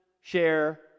share